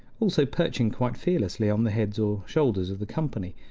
also perching quite fearlessly on the heads or shoulders of the company,